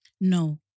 No